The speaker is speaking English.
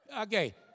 Okay